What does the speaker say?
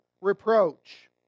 reproach